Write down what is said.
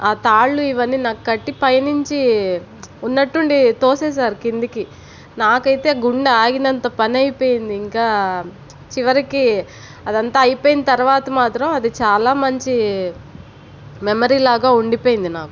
ఆ తాళ్లు ఇవన్నీ నాకు కట్టి పైనుంచి ఉన్నట్టుండి తోసేశారు కిందికి నాకైతే గుండె ఆగినంత పని అయిపోయింది ఇంకా చివరికి అదంతా అయిపోయిన తర్వాత మాత్రం అది చాలా మంచి మెమరీలాగా ఉండిపోయింది నాకు